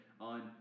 on